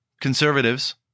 conservatives